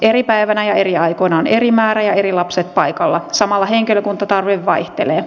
eri päivinä ja eri aikoina on eri määrä ja eri lapset paikalla samalla henkilökunnan tarve vaihtelee